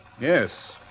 yes